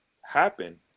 happen